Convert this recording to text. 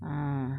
ah